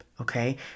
okay